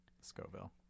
Scoville